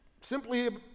simply